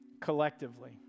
collectively